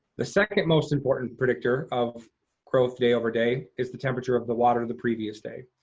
the second most important predictor of growth day over day is the temperature of the water the previous day.